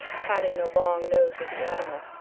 patting the long nose of the animal.